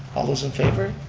all those in favor?